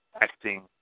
acting